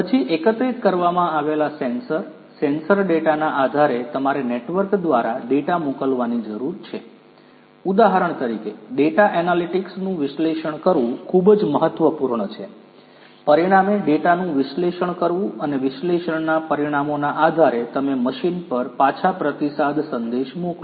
પછી એકત્રિત કરવામાં આવેલા સેન્સર સેન્સર ડેટાના આધારે તમારે નેટવર્ક દ્વારા ડેટા મોકલવાની જરૂર છે ઉદાહરણ તરીકે ડેટા એનાલિટિક્સનું વિશ્લેષણ કરવું ખૂબ જ મહત્વપૂર્ણ છે પરિણામે ડેટાનું વિશ્લેષણ કરવું અને વિશ્લેષણના પરિણામોના આધારે તમે મશીન પર પાછા પ્રતિસાદ સંદેશ મોકલો